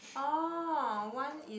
orh one is